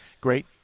great